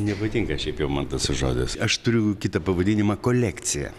nepatinka šiaip jau man tas žodis aš turiu kitą pavadinimą kolekcija